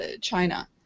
China